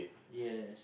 yes